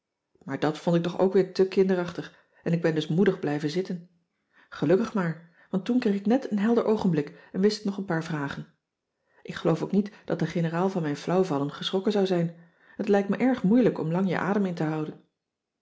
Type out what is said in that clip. maar dat vond ik toch ook weer te kinderachtig en ik ben dus moedig blijven zitten gelukkig maar want toen kreeg ik net een helder oogenblik en wist ik nog een paar vragen ik geloof ook niet dat de generaal van mijn flauw vallen geschrokken zou zijn en t lijkt me erg moeilijk om lang je adem in te houden